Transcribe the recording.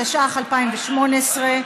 התשע"ח 2018,